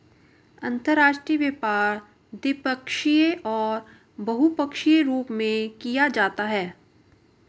अंतर्राष्ट्रीय व्यापार द्विपक्षीय और बहुपक्षीय रूप में किया जाता है